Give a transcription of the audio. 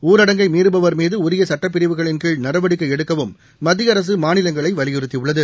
ஊரடங்கை மீறபவர் மீது உரிய சுட்டபிரிவுகளின் கீழ் நடவடிக்கை எடுக்கவும் மத்திய அரசு மாநிலங்களை வலியுறுத்தி உள்ளது